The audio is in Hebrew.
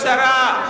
חבר הכנסת אורון,